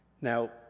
Now